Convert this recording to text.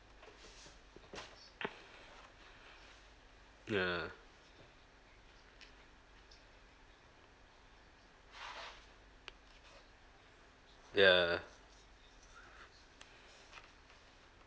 ya ya